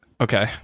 Okay